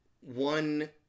one